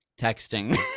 texting